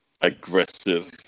aggressive